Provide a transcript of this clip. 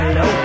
no